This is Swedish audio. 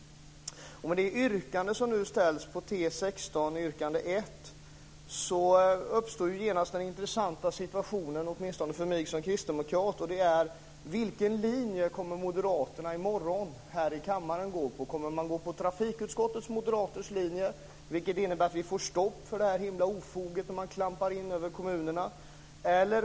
Med det yrkande som nu ställs på T16 yrkande 1 uppstår genast den intressanta frågan - åtminstone för mig som kristdemokrat - vilken linje Moderaterna kommer att gå på här i kammaren i morgon. Kommer man att gå på trafikutskottets moderaters linje, vilket innebär att vi får stopp för ofoget att man klampar in över kommunerna?